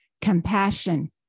compassion